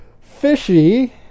fishy